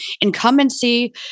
incumbency